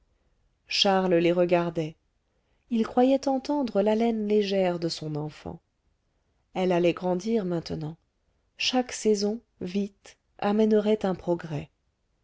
charles les regardait il croyait entendre l'haleine légère de son enfant elle allait grandir maintenant chaque saison vite amènerait un progrès